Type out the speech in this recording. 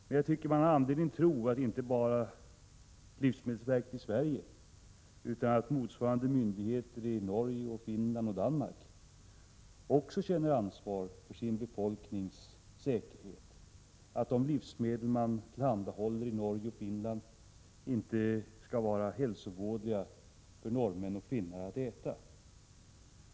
Men jag tycker man har anledning tro att inte bara livsmedelsverket i Sverige utan också motsvarande myndigheter i Norge, Finland och Danmark känner ansvar för sin befolknings säkerhet och för att de livsmedel man tillhandahåller inte skall vara hälsovådliga för t.ex. norrmän och finnar att äta.